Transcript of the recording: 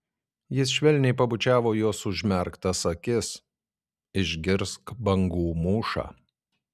jis švelniai pabučiavo jos užmerktas akis išgirsk bangų mūšą